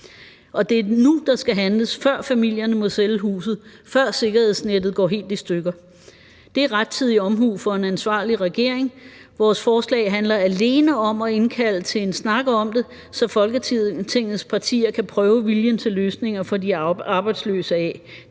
det er nu, at der skal handles – før familierne må sælge huset, før sikkerhedsnettet går helt i stykker. Det er rettidig omhu for en ansvarlig regering. Vores forslag handler alene om at indkalde til en snak om det, så Folketingets partier kan prøve viljen til løsninger for de arbejdsløse af.